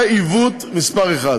זה עיוות אחד.